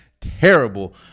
terrible